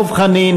דב חנין,